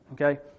okay